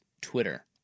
Twitter